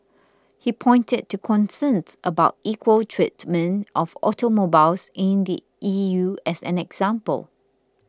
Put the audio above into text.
he pointed to concerns about equal treatment of automobiles in the E U as an example